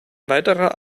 weiterer